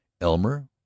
Elmer